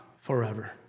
forever